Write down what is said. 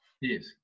yes